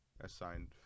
assigned